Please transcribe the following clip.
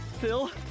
Phil